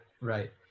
right